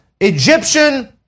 Egyptian